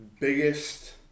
biggest